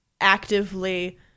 actively